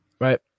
right